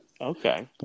Okay